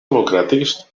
democràtics